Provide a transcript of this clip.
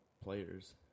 players